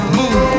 move